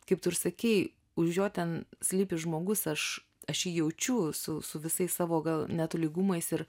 kaip tu ir sakei už jo ten slypi žmogus aš aš jį jaučiu su su visais savo gal netolygumais ir